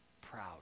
proud